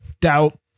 doubt